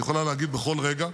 היא יכולה להגיב בכל רגע,